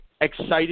excited